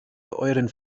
euren